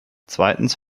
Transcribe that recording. zweitens